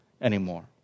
anymore